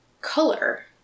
color